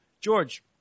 George